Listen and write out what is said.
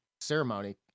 Ceremony